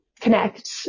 Connect